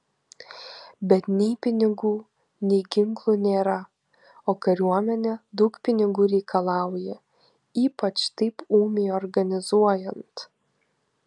bet nei pinigų nei ginklų nėra o kariuomenė daug pinigų reikalauja ypač taip ūmiai organizuojant